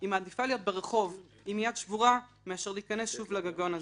היא מעדיפה להיות ברחוב עם יד שבורה מאשר להיכנס שוב לגגון.